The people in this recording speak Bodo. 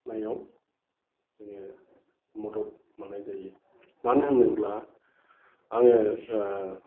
जोङो मदद मोननाय जायो मानो होनोब्ला आङो